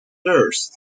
first